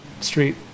street